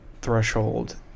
threshold